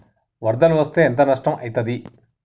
వరదలు వస్తే ఎంత నష్టం ఐతది?